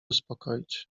uspokoić